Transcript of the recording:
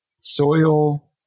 soil